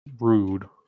rude